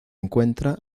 encuentra